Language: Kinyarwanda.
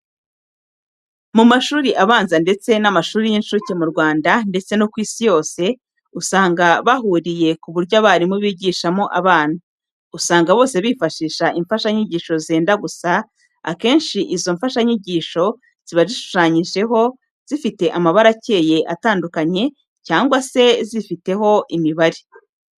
Mu mashuri abanza ndetse n'amashuri y'incuke mu Rwanda ndetse no ku isi yose, usanga bahuriye ku buryo abarimu bigishamo abana. Usanga bose bifashisha imfashanyigisho zenda gusa, akenshi izo mfashanyigisho ziba zishushanyijeho, zifite amabara akeye atandukanye, cyangwa se zifiteho imibare.